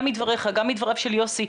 גם מדבריך וגם מדבריו של יוסי,